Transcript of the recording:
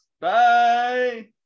Bye